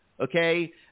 Okay